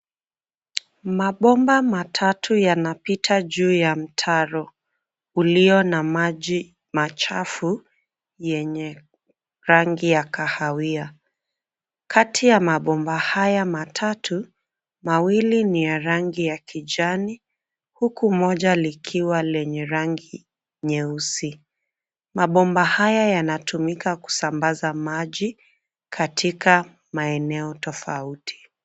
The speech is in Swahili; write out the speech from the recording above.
Mabomba matatu yanapita juu ya mtaro ulio na maji machafu yenye rangi ya kahawia. Kati ya mabomba haya matatu, mawili ni ya rangi ya kijani huku moja likiwa lenye rangi nyeusi. Mabomba haya yanatumika kusambaza maji katika maeneo tofauti.